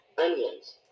Onions